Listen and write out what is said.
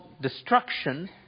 destruction